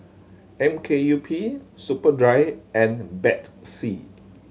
M K U P Superdry and Betsy